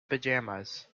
pyjamas